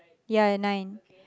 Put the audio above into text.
ya nine